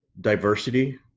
diversity